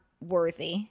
worthy